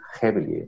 heavily